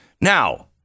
Now